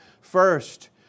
First